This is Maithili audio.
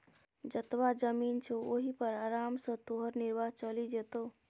जतबा जमीन छौ ओहि पर आराम सँ तोहर निर्वाह चलि जेतौ